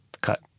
cut